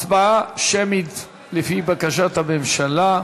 זו הצבעה שמית, לפי בקשת הממשלה.